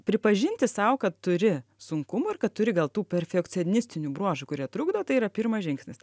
pripažinti sau kad turi sunkumų ir kad turi gal tų perfekcionistinių bruožų kurie trukdo tai yra pirmas žingsnis